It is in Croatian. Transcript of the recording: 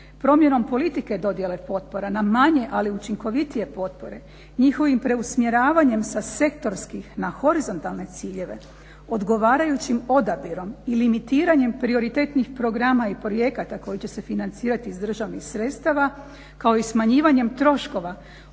promjenom politike dodjele potpora na manje ali učinkovitije potpore njihovim preusmjeravanjem sa sektorskih na horizontalne ciljeve odgovarajućim odabirom ili emitiranjem prioritetnih programa i projekata koji će se financirati iz državnih sredstava, kao i smanjivanjem troškova